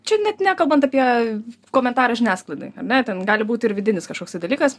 čia net nekalbant apie komentarą žiniasklaidai ne ten gali būti ir vidinis kažkoks tai dalykas